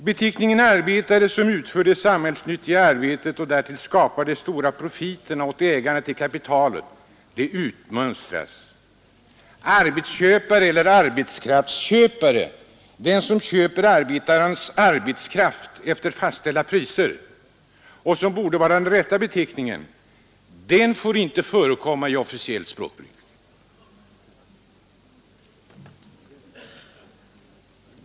Beteckningen ”arbetare” — för dem som utför det samhällsnyttiga arbetet och därtill skapar de stora profiterna åt ägarna till kapitalet — utmönstras. ”Arbetsköpare” eller ”arbetskraftsköpare” — den som köper arbetarens arbetskraft efter fastställda priser och som borde vara den rätta beteckningen — får inte förekomma i det officiella språkbruket.